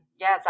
yes